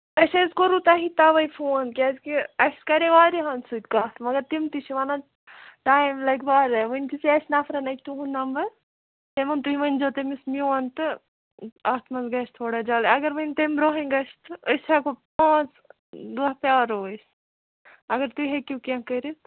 اَسہِ حظ کوٚروٕ تۄہہِ تَوَے فون کیٛازِ کہِ اَسہِ کَرے واریاہَن سۭتۍ کَتھ مَگر تِم تہِ چھِ وَنن ٹایم لَگہِ واریاہ وُنۍ دِژے نَفرَن أکۍ تُہُنٛد نَمبر تٔمۍ ووٚن تُہۍ ؤنۍزیٚو تٔمِس میٛون تہٕ اَتھ منٛز گژھِ تھوڑا جلدٕے اَگر وۅنۍ تَمہِ برٛونٛہٕے گژھِ تہٕ أسۍ ہٮ۪کَو پانٛژھ دۄہ پرٛارَو أسۍ اَگر تُہۍ ہٮ۪کِو کیٚنٛہہ کٔرِتھ